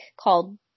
called